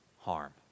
harm